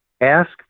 ask